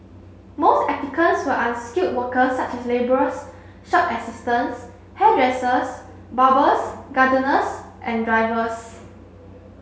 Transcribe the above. most applicants were unskilled workers such as labourers shop assistants hairdressers barbers gardeners and drivers